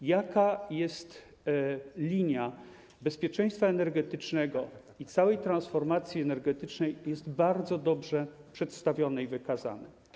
To, jaka jest linia bezpieczeństwa energetycznego i całej transformacji energetycznej, jest bardzo dobrze przedstawione i wykazane.